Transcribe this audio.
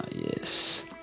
yes